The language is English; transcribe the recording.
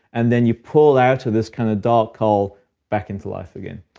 and then you pull out of this kind of dark hole back into life again.